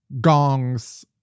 gongs